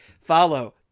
follow